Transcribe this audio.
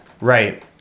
right